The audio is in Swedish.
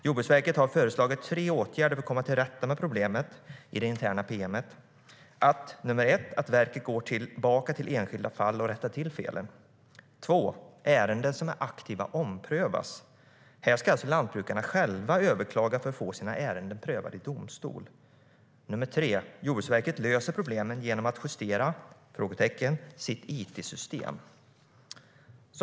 Jordbruksverket har föreslagit tre åtgärder för att komma till rätta med problemet i det interna pm:et. Verket går tillbaka till enskilda fall och rättar till felen. Ärenden som är aktiva omprövas. Här ska alltså lantbrukarna själva överklaga för att få sina ärenden prövade i domstol. Jordbruksverket löser problemet genom att justera - och här finns ett frågetecken - sitt it-system.